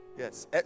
Yes